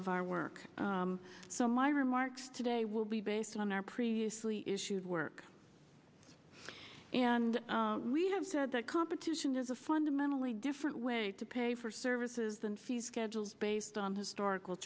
of our work so my remarks today will be based on our previously issued work and we have said that competition is a fundamentally different way to pay for services than fee schedules based on historical